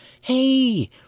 Hey